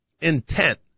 intent